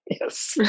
yes